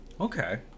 okay